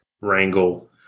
wrangle